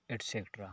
etc